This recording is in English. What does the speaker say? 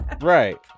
Right